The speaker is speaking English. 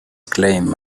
claim